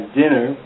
dinner